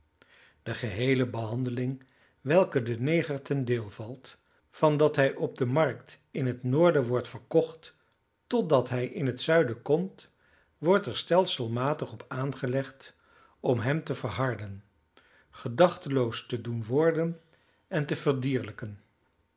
de geheele behandeling welke den neger ten deel valt van dat hij op de markt in het noorden wordt verkocht totdat hij in het zuiden komt wordt er stelselmatig op aangelegd om hem te verharden gedachteloos te doen worden en te